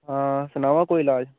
हां सनाओ हां कोई लाज